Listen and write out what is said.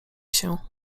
się